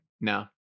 no